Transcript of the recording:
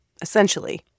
essentially